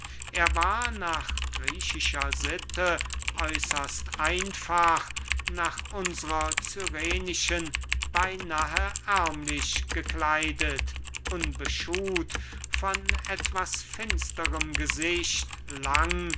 er war nach griechischer sitte äußerst einfach nach unsrer cyrenischen beynahe ärmlich gekleidet unbeschuht von etwas finsterem gesicht lang